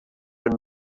your